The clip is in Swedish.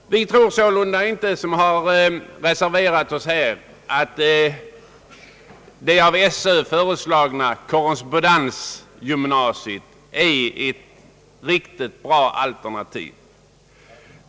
Vi som har reserverat oss tror inte att det av skolöverstyrelsen föreslagna korrespondensgymnasiet är ett bra alternativ.